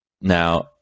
Now